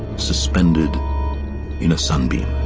suspended in a sunbeam.